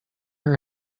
her